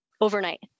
overnight